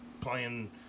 playing